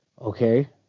okay